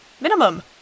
Minimum